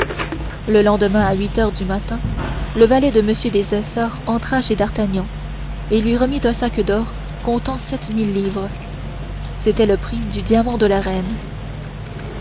le lendemain à huit heures du matin le valet de m des essarts entra chez d'artagnan et lui remit un sac d'or contenant sept mille livres c'était le prix du diamant de la reine